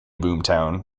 boomtown